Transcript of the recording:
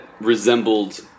resembled